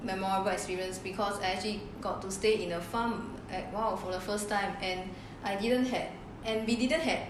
me